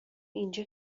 اینجا